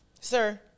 sir